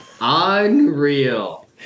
Unreal